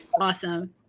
awesome